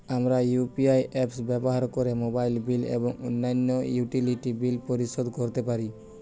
আমরা UPI apps ব্যবহার করে মোবাইল বিল এবং অন্যান্য ইউটিলিটি বিল পরিশোধ করতে পারি